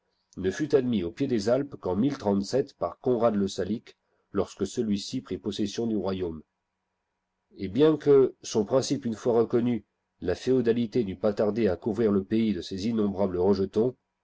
ne fut admis au pied des alpes qu'en par conrad le salique lorsque celui-ci prit possession du royaume et bien que son principe une fois reconnu la féodalité n'eût pas tardé à couvrir le pays de ses innombrables rejetons